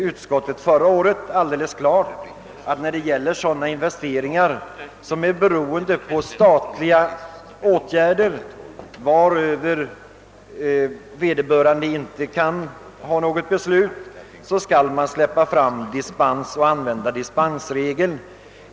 Utskottet skrev förra året att när det gäller investeringar som betingas av statliga åtgärder, varöver vederbörande inte har något inflytande, så skall man använda dispensvägen.